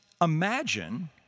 imagine